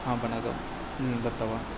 आभणकं दत्तवान्